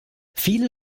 viele